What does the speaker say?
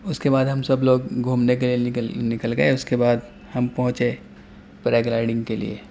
اس کے بعد ہم سب لوگ گھومنے کے لیے نکل نکل گئے اس کے بعد ہم پہنچے پیرا گلائڈنگ کے لیے